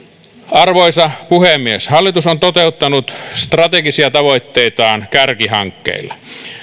arvoisa puhemies hallitus on toteuttanut strategisia tavoitteitaan kärkihankkeilla